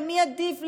ומי עדיף,